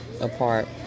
apart